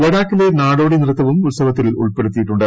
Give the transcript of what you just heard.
ലഡാക്കിലെ നാടോടി നൃത്തവും ഉത്സവത്തിൽ ഉൾപ്പെടുത്തിയിട്ടുണ്ട്